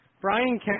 Brian